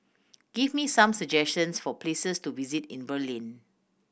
give me some suggestions for places to visit in Berlin